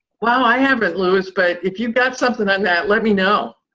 well, i have luis, but if you've got something on that, let me know.